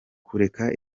kureka